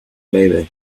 baby